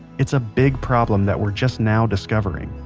it's a big problem that we're just now discovering.